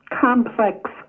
complex